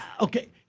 Okay